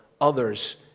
others